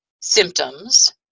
symptoms